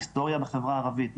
היסטוריה בחברה הערבית,